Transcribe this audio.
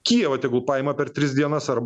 kijevą tegul paima per tris dienas ar